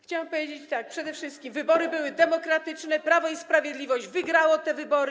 Chciałam powiedzieć tak: przede wszystkim wybory były demokratyczne, Prawo i Sprawiedliwość wygrało te wybory.